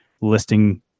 listing